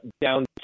down